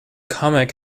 comic